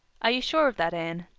are you sure of that, anne?